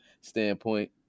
standpoint